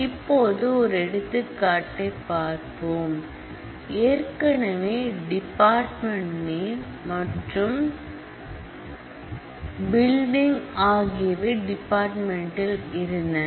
இப்போது ஒரு எடுத்துக்காட்டைப் பார்ப்போம் ஏற்கனவே டிபார்ட்மெண்ட் நேம் மற்றும் பில்டிங் ஆகியவை டிபார்ட்மெண்டில் இருந்தன